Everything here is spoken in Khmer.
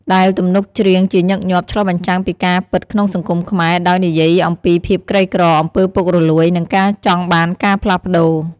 ដែលទំនុកច្រៀងជាញឹកញាប់ឆ្លុះបញ្ចាំងពីការពិតក្នុងសង្គមខ្មែរ ដោយនិយាយអំពីភាពក្រីក្រ អំពើពុករលួយ និងការចង់បានការផ្លាស់ប្ដូរ។